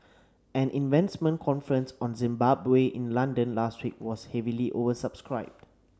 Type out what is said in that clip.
an investment conference on Zimbabwe in London last week was heavily oversubscribed